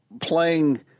playing